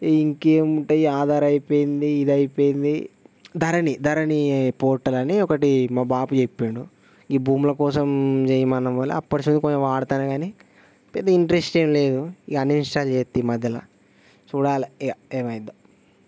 ఇంకేముంటయి ఆధార్ అయిపోయింది ఇది అయిపోయింది ధరణి ధరణి పోర్టల్ అని ఒకటి మా బాపు చెప్పిండు ఈ భూముల కోసం చేయమన్నమూల అప్పటి నుంచి కొంచెం వాడుతున్నాను కాని పెద్ద ఇంట్రెస్ట్ ఏం లేదు ఇంక అన్ఇన్స్టాల్ చేస్తాను ఈ మధ్యలో చూడాలి ఇంక ఏమవుతుందో